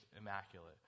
immaculate